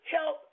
Help